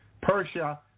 Persia